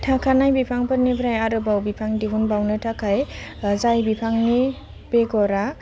थाखानाय बिफांफोरनिफ्राय आरोबाव बिफां दिहुनबावनो थाखाय जाय बिफांनि बेगरा